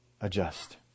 adjust